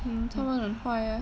mm 他们很坏 leh